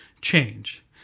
change